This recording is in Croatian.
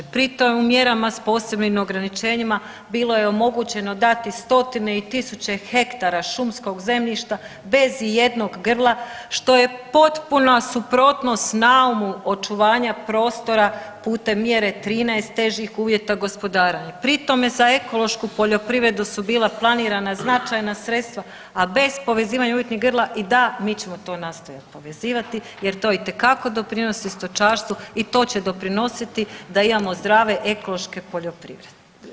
Pri tome u mjerama s posebnim ograničenjima bilo je omogućeno dati 100-tine i 1000-e hektara šumskog zemljišta bez ijednog grla, što je potpuna suprotnost naumu očuvanja prostora putem mjere 13 težih uvjeta gospodarenja, pri tome za ekološku poljoprivredu su bila planirana značajna sredstva, a bez povezivanja umjetnih grla i da mi ćemo to nastojat povezivati jer to itekako doprinosi stočarstvu i to će doprinositi da imamo zdrave ekološke proizvode.